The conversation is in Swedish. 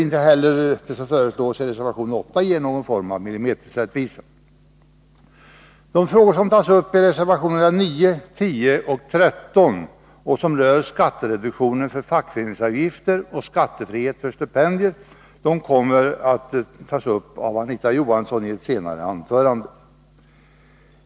Inte heller det som föreslås i den reservationen ger millimeterrättvisa. De frågor som tas upp i reservationerna 9, 10, 11 och 13 och som rör skattereduktion för fackföreningsavgifter och skattefrihet för stipendier kommer att behandlas av Anita Johansson i ett senare anförande.